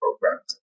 programs